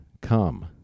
Come